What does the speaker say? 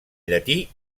llatí